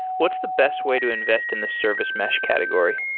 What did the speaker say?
what's the best way to invest in the service mesh category?